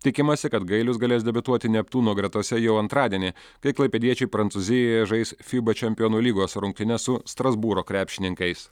tikimasi kad gailius galės debiutuoti neptūno gretose jau antradienį kai klaipėdiečiai prancūzijoje žais fiba čempionų lygos rungtynes su strasbūro krepšininkais